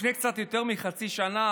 לפני קצת יותר מחצי שנה,